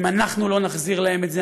אם אנחנו לא נחזיר להם את זה,